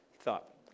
thought